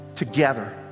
together